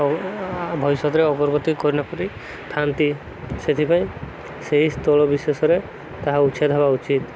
ଭବିଷ୍ୟତରେ ଅଗ୍ରଗତି କରିନପାରି ଥାନ୍ତି ସେଥିପାଇଁ ସେହି ସ୍ଥଳ ବିଶେଷରେ ତାହା ଉଚ୍ଛେଦ ହେବା ଉଚିତ